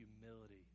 humility